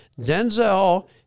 Denzel